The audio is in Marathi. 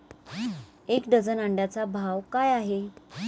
एक डझन अंड्यांचा भाव काय आहे?